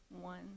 one